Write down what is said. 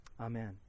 Amen